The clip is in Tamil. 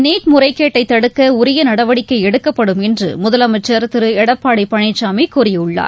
நீட் முறைகேட்டை தடுக்க உரிய நடவடிக்கை எடுக்கப்படும் என்று முதலமைச்சர் திரு எடப்பாடி பழனிசாமி கூறியுள்ளார்